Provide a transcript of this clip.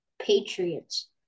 Patriots